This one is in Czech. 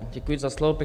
Děkuji za slovo.